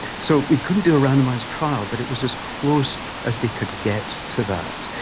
so we couldn't do a randomised trial, but it was as close as they could get to that.